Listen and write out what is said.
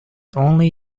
only